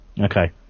Okay